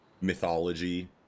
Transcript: mythology